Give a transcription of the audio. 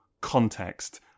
context